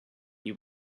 you